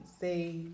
say